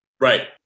Right